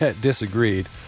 disagreed